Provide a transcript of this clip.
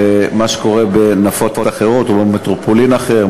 למה שקורה בנפות אחרות או במטרופולין אחרת,